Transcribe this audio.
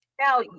Now